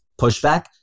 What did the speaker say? pushback